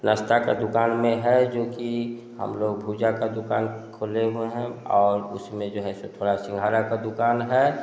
नाश्ता का दुकान में है जो कि हम लोग भुजा का दुकान खोले हुए हैं और उसमें जो है सो थोड़ा सिंघारा का दुकान है